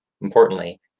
importantly